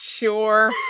sure